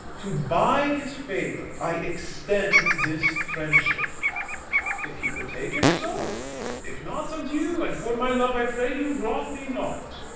to buy his favour, i extend this friendship if he will take it, so if not, adieu and, for my love, i pray you wrong me not.